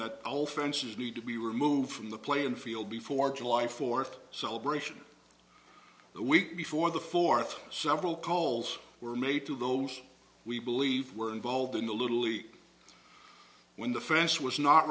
that all fences need to be removed from the playing field before july fourth celebration the week before the fourth several calls were made to those we believe were involved in the little league when the fence was not